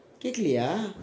கேட்கலையா:kaetkalaiya